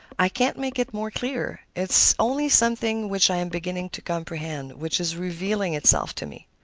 i can't make it more clear it's only something which i am beginning to comprehend, which is revealing itself to me.